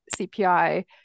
CPI